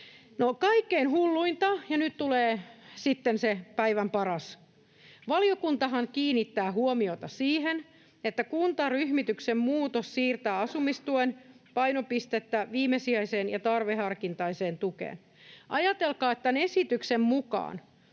Kaikkein hulluinta, ja nyt tulee sitten se päivän paras: Valiokuntahan kiinnittää huomiota siihen, että kuntaryhmityksen muutos siirtää asumistuen painopistettä viimesijaiseen ja tarveharkintaiseen tukeen. Ajatelkaa, että tämän esityksen mukaan,